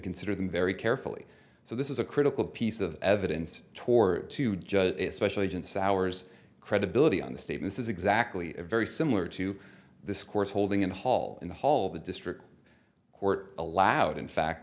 consider them very carefully so this is a critical piece of evidence toward to judge special agent sours credibility on the statements is exactly very similar to this court's holding in the hall in the hall the district court allowed in fact